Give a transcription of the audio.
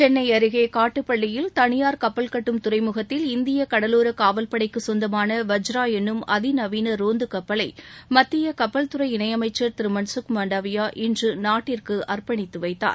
சென்னை அருகே காட்டுப்பள்ளியில் தனியார் கப்பல் கட்டும் துறைமுகத்தில் இந்திய கடலோரக் காவல்படைக்குச் சொந்தமான வஜ்ரா எனும் அதிநவீன ரோந்து கப்பலை மத்திய கப்பல்துறை இணை அமைச்சள் திரு மன்சுக் மாண்டவியா இன்று நாட்டிற்கு அர்ப்பணித்து வைத்தார்